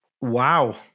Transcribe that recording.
Wow